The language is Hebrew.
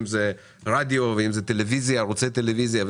אם זה רדיו ואם זה ערוצי טלוויזיה,